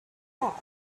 thought